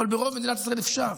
אבל ברוב מדינת ישראל אפשר.